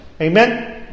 Amen